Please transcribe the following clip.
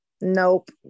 nope